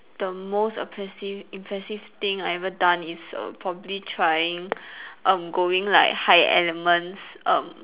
the most oppressive impressive thing I have ever done is err probably trying um going like high elements um